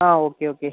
ആ okay okay